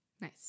nice